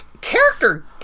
character